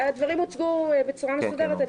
הדברים הוצגו בצורה מסודרת.